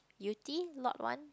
you think Lot One